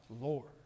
Lord